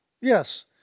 Yes